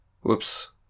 whoops